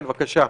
בבקשה,